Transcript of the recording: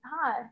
Hi